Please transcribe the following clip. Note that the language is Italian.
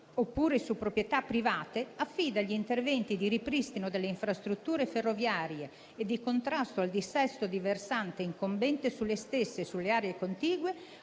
oppure su proprietà private, affida gli interventi di ripristino delle infrastrutture ferroviarie e di contrasto al dissesto di versante incombente sulle stesse e sulle aree contigue